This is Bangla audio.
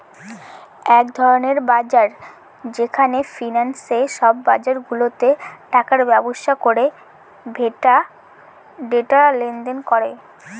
এক ধরনের বাজার যেখানে ফিন্যান্সে সব বাজারগুলাতে টাকার ব্যবসা করে ডেটা লেনদেন করে